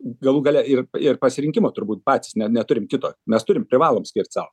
galų gale ir ir pasirinkimo turbūt patys ne neturim kito mes turim privalom skirt sau